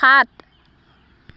সাত